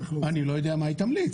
אני לא יודע מה היא תמליץ.